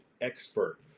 expert